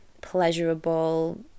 pleasurable